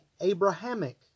Abrahamic